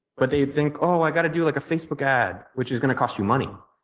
but they think oh, i've got to do like a facebook ad which is going to cost you money.